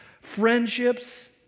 friendships